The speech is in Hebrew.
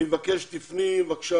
אני מבקש שתפני בבקשה